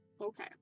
Okay